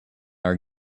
are